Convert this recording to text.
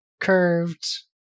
curved